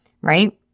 right